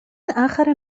آخر